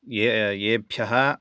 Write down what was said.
ए एभ्य